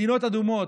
מדינות אדומות,